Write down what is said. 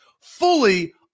fully